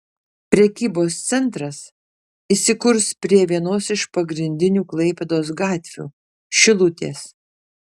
prekybos centras įsikurs prie vienos iš pagrindinių klaipėdos gatvių šilutės